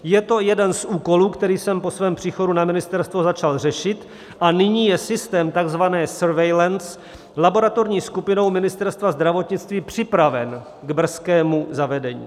Je to jeden z úkolů, který jsem po svém příchodu na ministerstvo začal řešit, a nyní je systém takzvané surveillance laboratorní skupinou Ministerstva zdravotnictví připraven k brzkému zavedení.